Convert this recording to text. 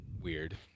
weird